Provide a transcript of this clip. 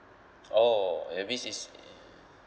oh that means is